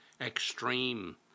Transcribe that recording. extreme